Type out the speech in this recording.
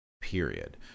period